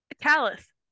Callus